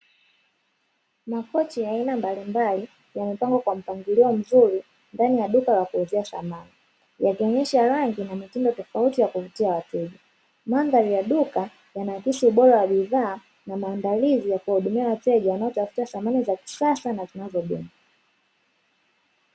Makochi ya aina mbalimbali yamepangwa kwa mpangilio mzuri ndani ya duka la kuuzia samani, yakionyesha rangi na mtindo tofauti ya kuvutia wateja. Mandhari ya duka yana akisi ubora wa bidhaa na maandalizi ya kuwahudumia wateja wanaotafuta samani za kisasa na zinazodumu.